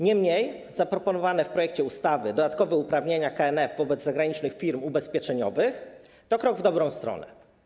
Niemniej zaproponowane w projekcie ustawy dodatkowe uprawnienia KNF wobec zagranicznych firm ubezpieczeniowych to krok w dobrą stronę.